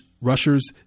rushers